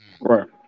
Right